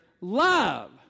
love